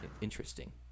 interesting